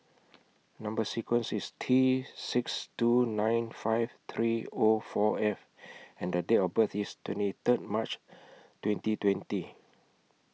Number sequence IS T six two nine five three O four F and The Date of birth IS twenty Third March twenty twenty